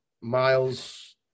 Miles